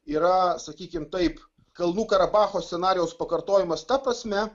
yra sakykim taip kalnų karabacho scenarijaus pakartojimas ta prasme